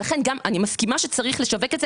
ולכן אני מסכימה שצריך לשווק את זה.